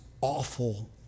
awful